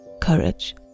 courage